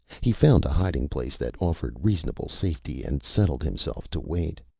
he found a hiding place that offered reasonable safety, and settled himself to wait.